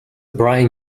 brian